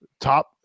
top